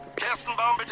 kerstenbaum, but